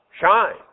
shine